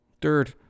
dirt